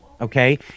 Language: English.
okay